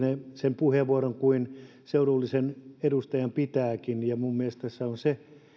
sen puheenvuoron kuin seudullisen edustajan pitääkin ja minun mielestäni tässä ei